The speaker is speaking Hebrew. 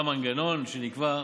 המנגנון שנקבע,